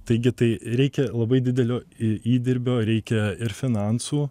taigi tai reikia labai didelio įdirbio reikia ir finansų